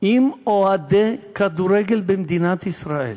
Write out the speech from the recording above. אם אוהדי כדורגל במדינת ישראל